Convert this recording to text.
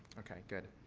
okay. good.